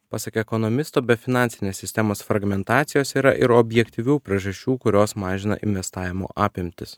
pasak ekonomisto be finansinės sistemos fragmentacijos yra ir objektyvių priežasčių kurios mažina investavimo apimtis